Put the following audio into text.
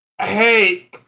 Hey